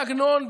ש"י עגנון,